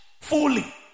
fully